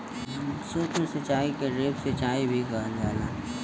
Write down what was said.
सूक्ष्म सिचाई के ड्रिप सिचाई भी कहल जाला